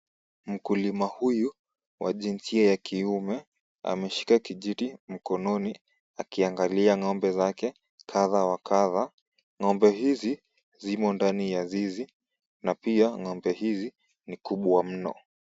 Mkulima huyu wa jinsia ya kiume ameshika kijiti mkononi akiangalia ng'ombe zake kadha wa kadha ng'ombe hizi zimo ndani ya zizi ,na pia ng'ombe hizi ni kubwa mno .